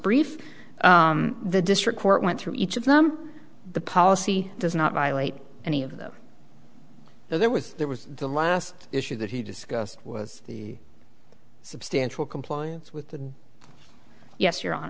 brief the district court went through each of them the policy does not violate any of them so there was that was the last issue that he discussed was the substantial compliance with the yes your hon